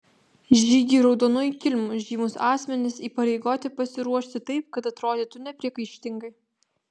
žygiui raudonuoju kilimu žymūs asmenys įpareigoti pasiruošti taip kad atrodytų nepriekaištingai